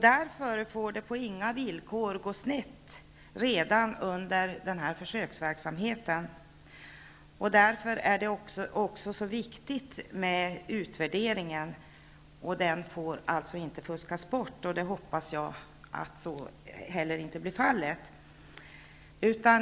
Därför får inget på några villkor gå snett redan under försöksverksamheten. Därför är det också viktigt att utvärderingen inte fuskas bort. Jag hoppas att så inte blir fallet.